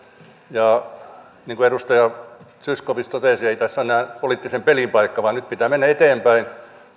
ja niin kuin edustaja zyskowicz totesi ei tässä ole enää poliittisen pelin paikka vaan nyt pitää mennä eteenpäin